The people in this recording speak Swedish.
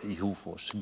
Dessutom har gruvfacket i Hofors